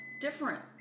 different